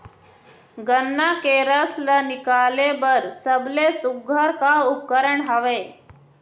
गन्ना के रस ला निकाले बर सबले सुघ्घर का उपकरण हवए?